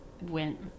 went